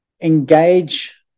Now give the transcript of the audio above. engage